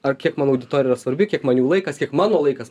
ar kiek man auditorija svarbi kiek man jų laikas kiek mano laikas